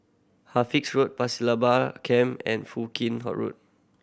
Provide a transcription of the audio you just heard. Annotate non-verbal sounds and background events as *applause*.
Halifax Road Pasir Laba Camp and Foo Kim *unintelligible* Road